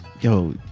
Yo